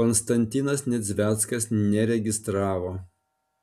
konstantinas nedzveckas neregistravo